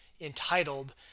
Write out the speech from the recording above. entitled